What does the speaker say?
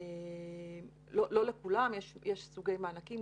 לא לכולם, יש סוגי מענקים.